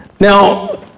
Now